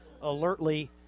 alertly